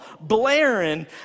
blaring